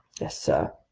yes, sir.